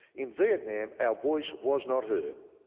in vietnam our voice was not heard.